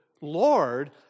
Lord